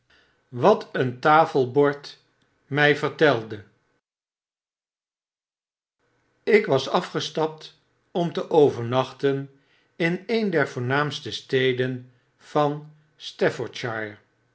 wat een tafelboed mij veetelde ik was afgestapt om te overnachten in een der voornaamste steden van